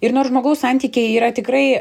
ir nors žmogaus santykiai yra tikrai